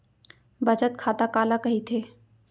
बचत खाता काला कहिथे?